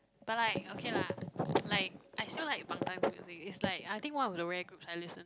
but like okay lah like I still like bangtan music it's like I think one of the rare group I listen